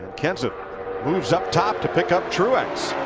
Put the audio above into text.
ken said moves up top to pick up truex.